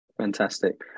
Fantastic